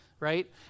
right